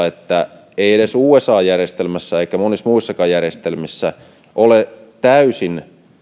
että ei edes usan järjestelmässä eikä monissa muissakaan järjestelmissä ole täysin puhdasta